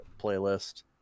playlist